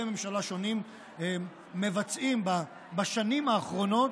ממשלה שונים מבצעים בשנים האחרונות,